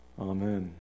Amen